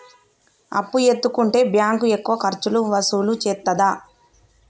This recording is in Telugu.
అప్పు ఎత్తుకుంటే బ్యాంకు ఎక్కువ ఖర్చులు వసూలు చేత్తదా?